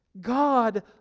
God